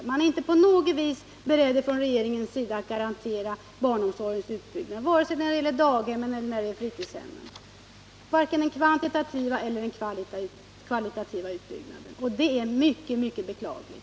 Regeringen är inte på något vis beredd att garantera barnomsorgens utbyggnad vare sig när det gäller daghem eller fritidshem och vare sig det är fråga om en kvantitativ eller kvalitativ utbyggnad. Det är mycket beklagligt.